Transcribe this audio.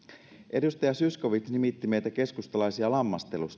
edustaja zyskowicz nimitti meitä keskustalaisia lammastelijoiksi